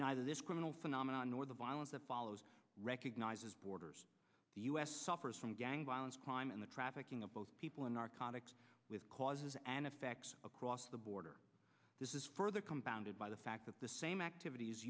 neither this criminal phenomenon nor the violence of follows recognizes borders the us suffers from gang violence crime and the trafficking of people in narcotics with causes and effects across the border this is further compounded by the fact that the same activities